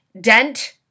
dent